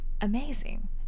amazing